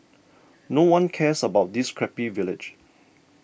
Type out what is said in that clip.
no one cares about this crappy village